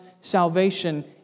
salvation